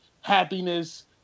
happiness